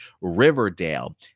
Riverdale